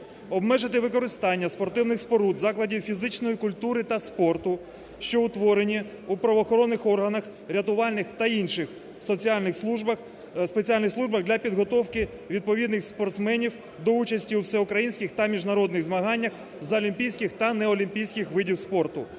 Обмежити використання спортивних споруд закладів фізичної культури та спорту, що утворені в правоохоронних органах, рятувальних та інших соціальних… спеціальних службах для підготовки відповідних спортсменів до участі у всеукраїнських та міжнародних змаганнях з олімпійських та неолімпійських видів спорту.